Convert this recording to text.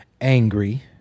angry